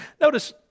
Notice